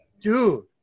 dude